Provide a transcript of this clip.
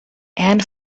and